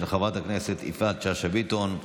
של חברת הכנסת יפעת שאשא ביטון,